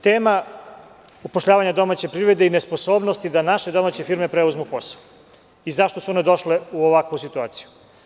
Tema upošljavanja domaće privrede i nesposobnosti da naše domaće firme preuzmu posao i zašto su one došle u ovakvu situaciju?